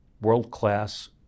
world-class